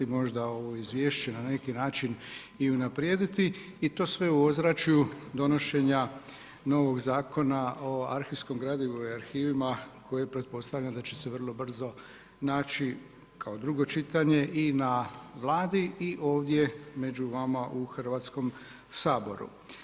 Možda ovo izvješće na neki način i unaprijediti i to sve u ozračju donošenja novog Zakona o arhivskom gradivu i arhivima koje pretpostavljam da će se vrlo brzo naći kao drugo čitanje i na Vladi i ovdje među vama u Hrvatskom saboru.